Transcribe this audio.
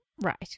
Right